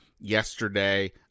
yesterday